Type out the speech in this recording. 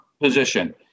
position